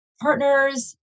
partners